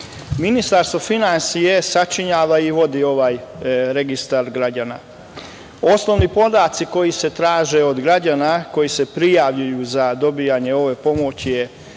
pomoć. Ministarstvo finansija sačinjava i vodi ovaj registar građana. Osnovni podaci koji se traže od građana, koji se prijavljuju za dobijanje ove pomoći je